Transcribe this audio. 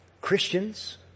Christians